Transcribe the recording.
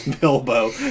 Bilbo